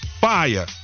Fire